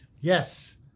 Yes